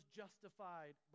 justified